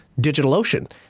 DigitalOcean